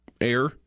air